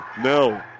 No